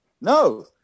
No